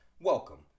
welcome